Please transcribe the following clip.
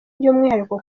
by’umwihariko